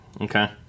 Okay